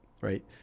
right